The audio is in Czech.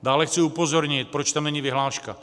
Dále chci upozornit, proč tam není vyhláška.